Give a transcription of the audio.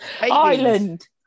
island